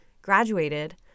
graduated